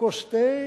כוס תה,